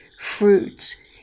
fruits